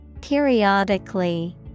Periodically